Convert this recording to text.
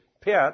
pit